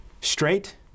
straight